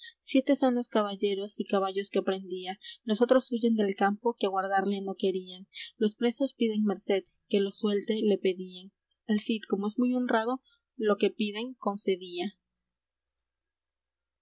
siete son los caballeros y caballos que prendía los otros huyen del campo que aguardarle no querían los presos piden merced que los suelte le pedían el cid como es muy honrado lo que piden concedía